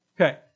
Okay